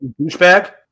Douchebag